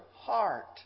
heart